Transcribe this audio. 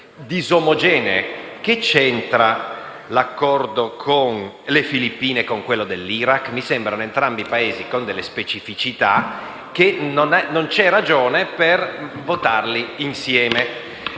disomogenei. Che c'entra l'accordo con le Filippine con quello con l'Iraq? Mi sembra che entrambi i Paesi abbiano delle specificità e non c'è ragione di votare insieme